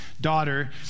daughter